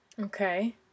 Okay